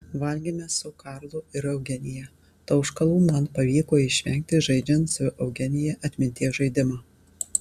valgėme su karlu ir eugenija tauškalų man pavyko išvengti žaidžiant su eugenija atminties žaidimą